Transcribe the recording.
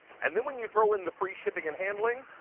and then when you throw in the free shipping and handling,